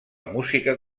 música